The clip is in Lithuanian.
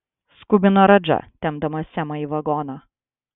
skubino radža tempdamas semą į vagoną